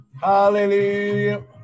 Hallelujah